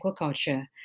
Aquaculture